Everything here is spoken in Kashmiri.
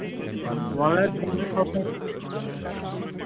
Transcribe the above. وَن لیکھ ٹُوٹی تھاوزنٛڈ